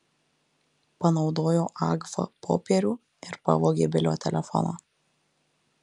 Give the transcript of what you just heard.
panaudojo agfa popierių ir pavogė bilio telefoną